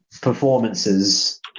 performances